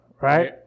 right